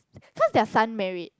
cause their son married